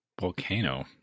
Volcano